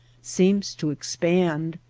seems to expand.